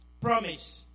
promise